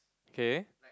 okay